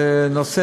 שנים.